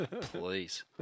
please